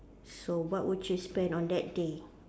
so what would you spend on that day